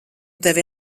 tevi